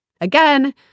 Again